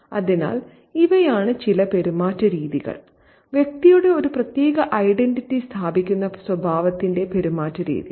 അതിനാൽ ഇവയാണ് ചില പെരുമാറ്റരീതികൾ വ്യക്തിയുടെ ഒരു പ്രത്യേക ഐഡന്റിറ്റി സ്ഥാപിക്കുന്ന സ്വഭാവത്തിന്റെ പെരുമാറ്റരീതികൾ